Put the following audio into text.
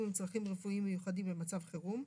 עם צרכים רפואיים מיוחדים במצב חירום,